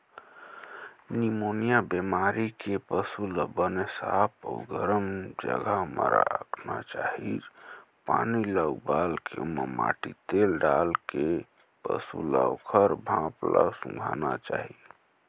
pneumonia बेमारी के पसू ल बने साफ अउ गरम जघा म राखना चाही, पानी ल उबालके ओमा माटी तेल डालके पसू ल ओखर भाप ल सूंधाना चाही